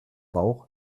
bauch